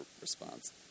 response